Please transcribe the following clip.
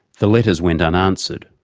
the letters went unanswered.